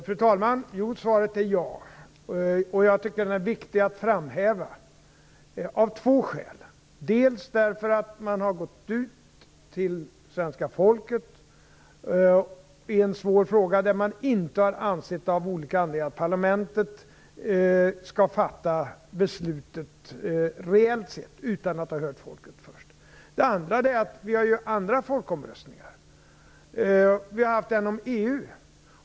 Fru talman! Svaret är ja. Jag tycker att det är viktigt att framhäva av två skäl. Det ena är att man har gått ut till svenska folket i en svår fråga, där man av olika anledningar inte har ansett att parlamentet reellt sett skall fatta beslutet utan att ha hört folket först. Det andra är att vi har haft andra folkomröstningar. Vi har haft en om EU.